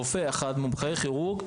רופא מומחה כירורג אחד,